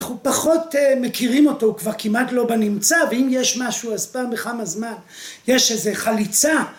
פחות מכירים אותו, כבר כמעט לא בנמצא, ואם יש משהו אז פעם בכמה זמן יש איזה חליצה